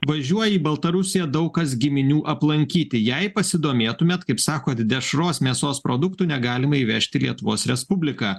važiuoja į baltarusiją daug kas giminių aplankyti jei pasidomėtumėt kaip sakot dešros mėsos produktų negalima įvežti į lietuvos respubliką